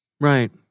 Right